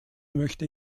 möchte